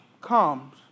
comes